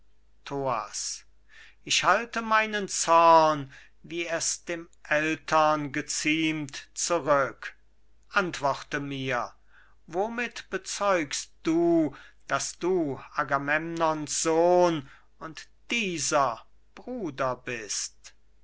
ich halte meinen zorn wie es dem ältern geziemt zurück antworte mir womit bezeugst du daß du agamemnons sohn und dieser bruder bist